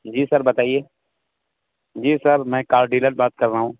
جی sir بتائیے جی sir میں کار ڈیلر بات کر رہا ہوں